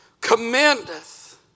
commendeth